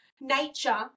nature